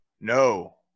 no